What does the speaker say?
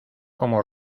como